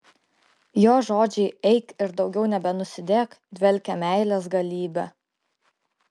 jo žodžiai eik ir daugiau nebenusidėk dvelkia meilės galybe